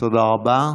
תודה רבה.